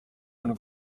kantu